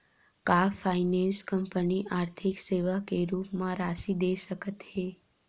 का finance company आर्थिक सेवा के रूप म राशि दे सकत हे?